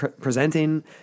presenting